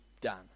Done